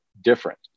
different